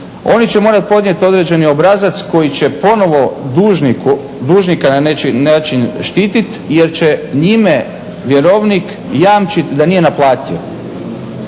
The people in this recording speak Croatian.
Oni će morati podnijeti određeni obrazac koji će ponovno dužnika na neki način štititi jer će njime vjerovnik jamčiti da nije naplatio.